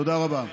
תודה רבה.